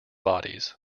bodies